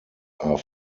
are